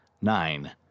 Nine